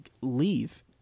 leave